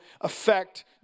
affect